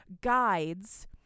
guides